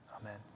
amen